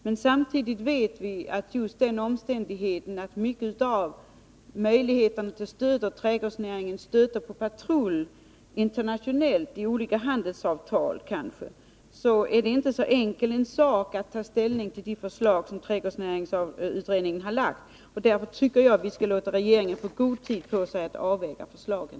Men samtidigt vet vi att mycket av möjligheterna till stöd åt trädgårdsnäringsutredningen stöter på patrull internationellt, t.ex. på grund av olika handelsavtal. Det är därför inte så enkelt att ta ställning till de förslag som trädgårdsnäringsutredningen har lagt fram. Därför tycker jag att vi skall låta regeringen få god tid på sig att avväga förslagen.